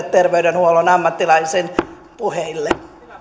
terveydenhuollon ammattilaisten puheille